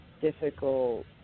Difficult